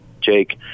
Jake